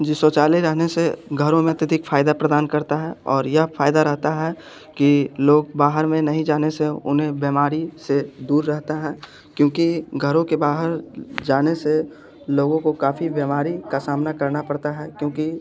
जी शौचालय जाने से घरों में अत्यधिक फायदा प्रदान करता है और यह फायदा रहता है कि कि लोग बाहर में नहीं जाने से उन्हें बीमारी से दूर रहता है क्योंकि घरों के बाहर जाने से लोगों को काफ़ी बीमारी का सामना करना पड़ता है क्योंकि